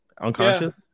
unconscious